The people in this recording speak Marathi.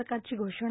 सरकारची घोषणा